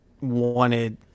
wanted